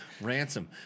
ransom